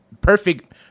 perfect